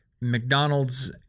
McDonald's